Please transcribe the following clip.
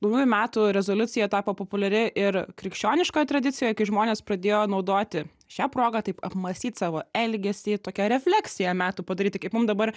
naujųjų metų rezoliucija tapo populiari ir krikščioniškoje tradicijoj kai žmonės pradėjo naudoti šią progą taip apmąstyt savo elgesį tokią refleksiją metų padaryti kaip mum dabar